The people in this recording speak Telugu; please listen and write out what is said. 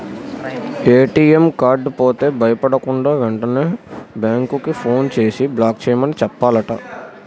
ఏ.టి.ఎం కార్డు పోతే భయపడకుండా, వెంటనే బేంకుకి ఫోన్ చేసి బ్లాక్ చేయమని చెప్పాలట